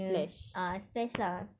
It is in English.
ah splash lah